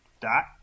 Dot